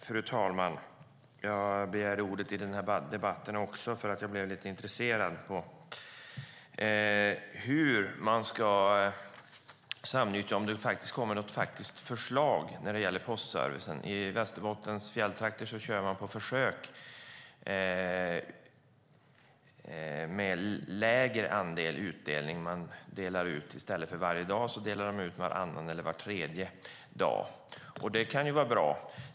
Fru talman! Jag begärde ordet i den här debatten också, för jag blev lite intresserad av om det kommer något faktiskt förslag när det gäller postservicen. I Västerbottens fjälltrakter kör man på försök med färre utdelningar. I stället för varje dag delar man ut varannan eller var tredje dag. Det kan vara bra.